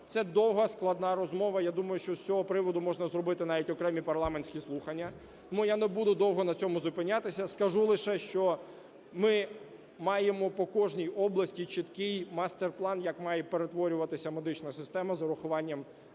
Це довга складна розмова. Я думаю, що з цього приводу можна зробити навіть окремі парламентські слухання. Тому я не буду довго на цьому зупинятися. Скажу лише, що ми маємо по кожній області чіткий мастер-план, як має перетворюватися медична система з урахуванням